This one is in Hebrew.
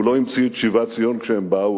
הוא לא המציא את שיבת ציון כשהם באו,